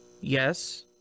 Yes